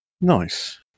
Nice